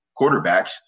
quarterbacks